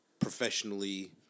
Professionally